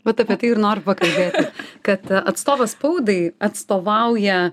bet apie tai ir noriu pakalbėti kad atstovas spaudai atstovauja